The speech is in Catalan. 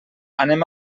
anem